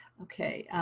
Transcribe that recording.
okay.